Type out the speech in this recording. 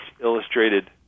Illustrated